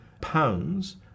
pounds